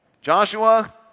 Joshua